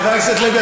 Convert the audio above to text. חבר הכנסת לוי,